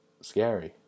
scary